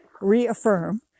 reaffirm